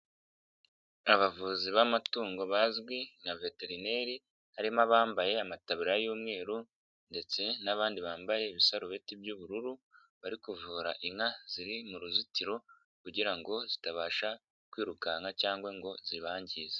Abavuzi b'amatungo bazwi nka veterineri, harimo abambaye amatabura y'umweru ndetse n'abandi bambaye ibisarubeti by'ubururu, bari kuvura inka ziri mu ruzitiro kugira ngo zitabasha kwirukanka cyangwa ngo zibangize.